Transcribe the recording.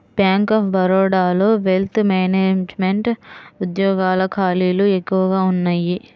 bank of బరోడాలోని wealth management ఉద్యోగాల ఖాళీలు ఎక్కువగా ఉన్నయ్యి